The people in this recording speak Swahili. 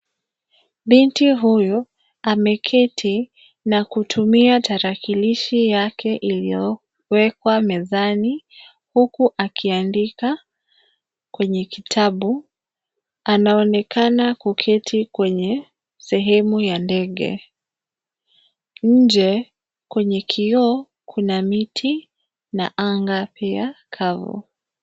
Binti huyu, ameketi, na kutumia tarakilishi yake iliyo, wekwa mezani, huku akiandika, kwenye kitabu, anaonekana kuketi kwenye, sehemu ya ndege, nje, kwenye kioo, kuna miti, na anga pia, kavu.